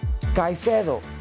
Caicedo